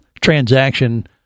transaction